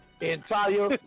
entire